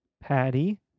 Patty